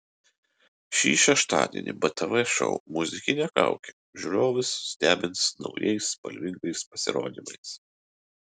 šį šeštadienį btv šou muzikinė kaukė žiūrovus stebins naujais spalvingais pasirodymais